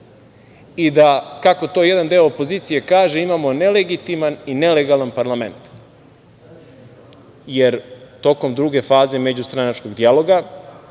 i da, kako to jedan deo opozicije kaže, imamo nelegitiman i nelegalan parlament, jer tokom druge faze međustranačkog dijaloga